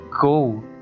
Go